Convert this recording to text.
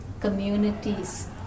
Communities